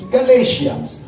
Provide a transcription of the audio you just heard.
Galatians